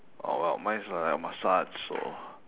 oh well mine it's like a massage so